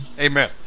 amen